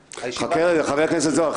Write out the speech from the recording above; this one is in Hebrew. חכה, חבר הכנסת זוהר.